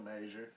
major